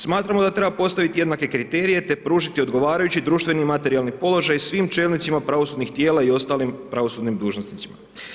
Smatramo da treba postaviti jednake kriterije te pružiti odgovarajući društveni i materijalni položaj svim čelnicima pravosudnih tijela i ostalim pravosudnim dužnosnicima.